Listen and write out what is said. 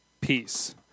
Peace